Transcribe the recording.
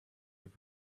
have